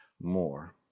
more